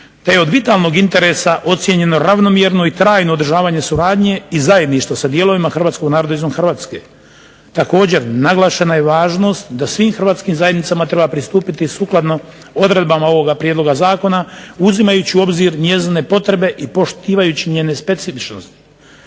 te je od vitalnog interesa ocijenjeno ravnomjerno i trajno održavanje suradnje i zajedništvo sa dijelovima hrvatskog naroda izvan Hrvatske. Također, naglašena je važnost da svim hrvatskim zajednicama treba pristupiti sukladno odredbama ovoga prijedloga zakona uzimajući u obzir njezine potrebe i poštivajući njene specifičnosti.